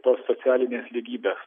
tos socialinės lygybės